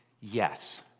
Yes